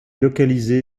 localisé